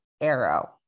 arrow